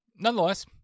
nonetheless